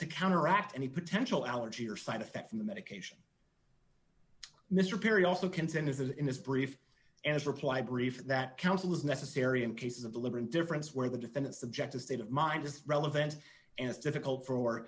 to counteract any potential allergy or side effects from the medication mr perry also contend is in this brief reply brief that counsel is necessary in cases of the liberal difference where the defendant subject a state of mind is relevant and it's difficult for